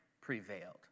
prevailed